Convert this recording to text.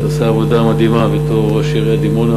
שעשה עבודה מדהימה בתור ראש עיריית דימונה,